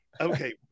okay